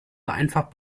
einfach